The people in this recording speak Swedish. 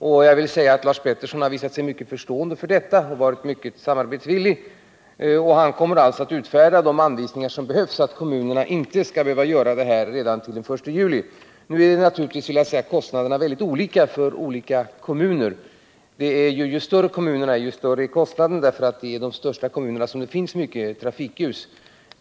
Jag vill tillägga att Lars Peterson har visat sig mycket förstående för detta och har varit mycket samarbetsvillig. Han kommer att utfärda de anvisningar som krävs för att kommunerna inte skall behöva verkställa ändringen redan till den 1 juli. Nu blir naturligtvis kostnaderna mycket olika för olika kommuner. Ju större kommunerna är, desto större blir kostnaden, eftersom det är i de största kommunerna som det finns många trafikljus.